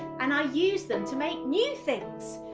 and i use them to make new things.